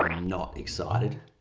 but um not excited!